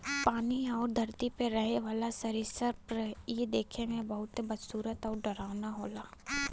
पानी आउर धरती पे रहे वाला सरीसृप इ देखे में बहुते बदसूरत आउर डरावना होला